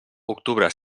octubre